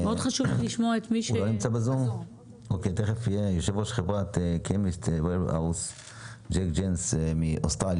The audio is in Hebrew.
מאוד חשוב לי לשמוע ש --- תיכף יהיה איתנו בזוםJack Gance מאוסטרליה,